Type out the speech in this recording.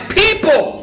people